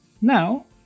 Now